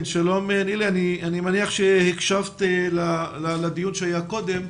שלום נילי, אני מניח שהקשבת לדיון שהיה קודם.